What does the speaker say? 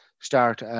start